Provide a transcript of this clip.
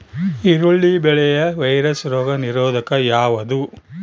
ಈರುಳ್ಳಿ ಬೆಳೆಯ ವೈರಸ್ ರೋಗ ನಿರೋಧಕ ಯಾವುದು?